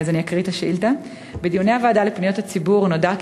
אז אני אקריא את השאילתה: בדיוני הוועדה לפניות הציבור נודע כי